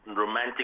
romantic